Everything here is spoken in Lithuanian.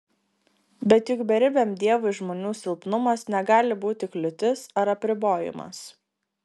bet juk beribiam dievui žmonių silpnumas negali būti kliūtis ar apribojimas